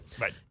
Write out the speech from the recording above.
Right